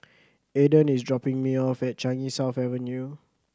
Aydan is dropping me off at Changi South Avenue